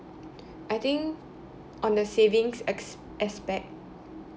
I think on the savings ex~ aspect